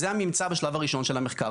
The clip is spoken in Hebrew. זה הממצא בשלב הראשון של המחקר.